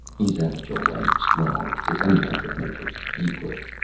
he's agile and strong. if anyone could make it, he could.